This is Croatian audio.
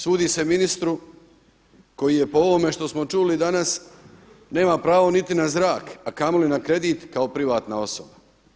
Sudi se ministru koji je po ovome što smo čuli danas nema pravo niti na zrak a kamoli na kredit kao privatna osoba.